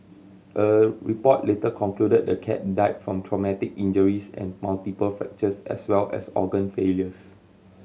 a report later concluded the cat died from traumatic injuries and multiple fractures as well as organ failures